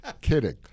Kidding